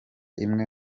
imwe